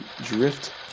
drift